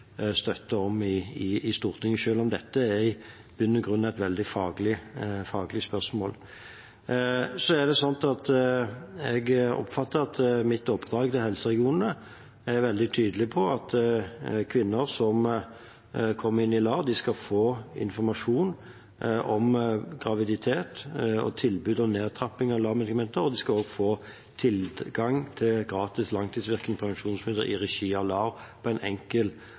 at jeg i mitt oppdrag til helseregionene er veldig tydelig på at kvinner som kommer inn i LAR, skal få informasjon om graviditet og tilbud om nedtrapping av LAR-medikamenter, og de skal også få tilgang til gratis langtidsvirkende prevensjonsmidler i regi av LAR på en enkel